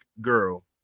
girl